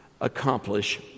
accomplish